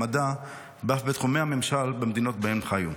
מדע ואף בתחומי הממשל במדינות שבהן חיו.